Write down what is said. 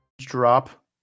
Drop